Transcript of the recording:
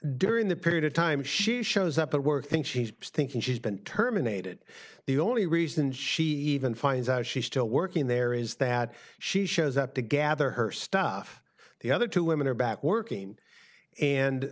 during the period of time she shows up at work think she's thinking she's been terminated the only reason she even finds out she's still working there is that she shows up to gather her stuff the other two women are back working and